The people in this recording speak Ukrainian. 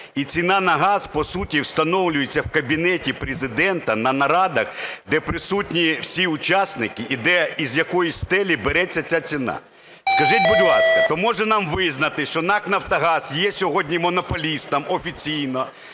і ціна на газ, по суті, встановлюється в кабінеті Президента на нарадах, де присутні всі учасники і де із якоїсь стелі береться ця ціна. Скажіть, будь ласка, то, може, нам визнати, що НАК "Нафтогаз" є сьогодні монополістом офіційно,